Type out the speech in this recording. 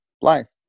life